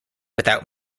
without